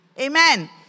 Amen